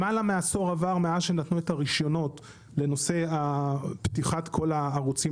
למעלה מעשור עבר מאז שנתנו את הרישיונות לנושא פתיחת כל הערוצים